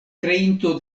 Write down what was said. kreinto